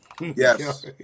Yes